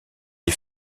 des